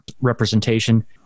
representation